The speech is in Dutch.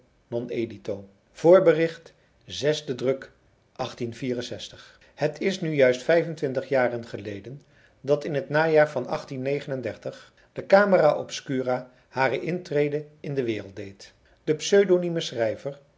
voor het is nu juist vijfentwintig jaren geleden dat in het najaar van de camera obscura hare intrede in de wereld deed de pseudonieme schrijver